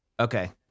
Okay